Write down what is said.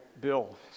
Bill